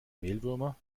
mehlwürmer